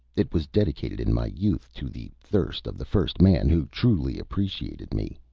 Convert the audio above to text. it was dedicated in my youth to the thirst of the first man who truly appreciated me.